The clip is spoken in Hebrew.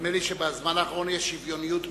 נדמה לי שבזמן האחרון יש שוויוניות מלאה,